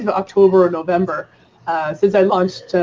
but october or november since i launched,